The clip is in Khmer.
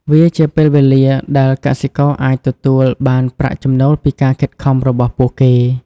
វាជាពេលវេលាដែលកសិករអាចទទួលបានប្រាក់ចំណូលពីការខិតខំរបស់ពួកគេ។